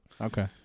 Okay